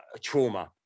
trauma